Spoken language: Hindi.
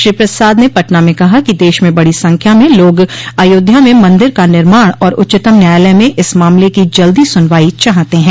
श्री प्रसाद ने पटना में कहा कि देश में बड़ी संख्या में लोग अयोध्या में मंदिर का निर्माण और उच्चतम न्यायालय में इस मामले की जल्दी सुनवाई चाहते हैं